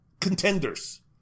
contenders